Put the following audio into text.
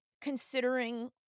considering